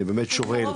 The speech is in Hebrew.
אני באמת שואל.